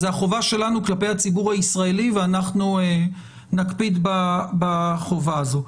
זה החובה שלנו כלפי הציבור הישראלי ואנחנו נקפיד בחובה הזו.